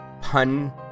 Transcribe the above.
pun